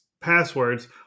passwords